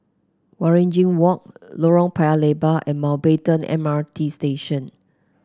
Waringin Walk Lorong Paya Lebar and Mountbatten M R T Station